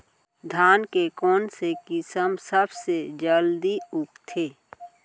धान के कोन से किसम सबसे जलदी उगथे?